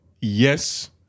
yes